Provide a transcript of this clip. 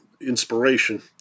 inspiration